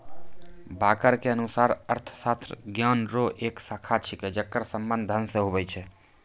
walker के अनुसार अर्थशास्त्र ज्ञान रो एक शाखा छिकै जेकर संबंध धन से हुवै छै